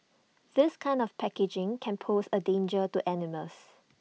this kind of packaging can pose A danger to animals